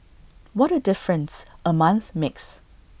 what A difference A month makes